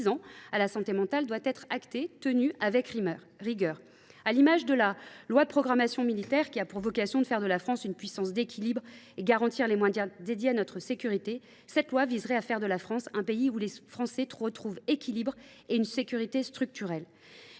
ans à la santé mentale doit être actée et appliquée avec rigueur. Sur le modèle de la loi de programmation militaire, qui a pour vocation de faire de la France une puissance d’équilibre et de garantir les moyens alloués à notre sécurité, une telle loi permettrait de faire de la France un pays où nos concitoyens retrouvent l’équilibre et la sécurité structurelle